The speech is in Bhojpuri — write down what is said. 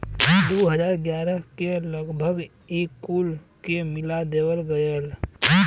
दू हज़ार ग्यारह के लगभग ई कुल के मिला देवल गएल